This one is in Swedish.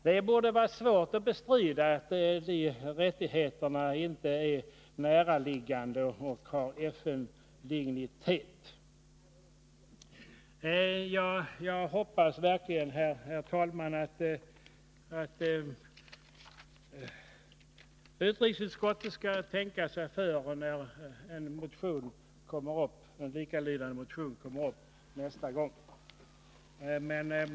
Det borde vara svårt att bestrida att dessa rättigheter är näraliggande och att den här frågan har FN-dignitet. Jag hoppas verkligen, herr talman, att utrikesutskottet skall beakta detta när en liknande motion kommer upp till behandling nästa gång.